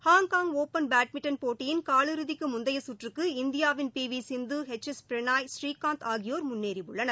Hong Kong open badminton போட்டியின் கால் இறுதிக்கு முந்தைய கற்றக்கு இந்தியாவின் பி வி சிந்து எச் எஸ் பிரணாய் ஸ்ரீகாந்த் ஆகியோர் முன்னேறியுள்ளனர்